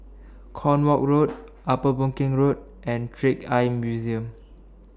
Cornwall Road Upper Boon Keng Road and Trick Eye Museum